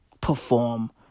perform